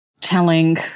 telling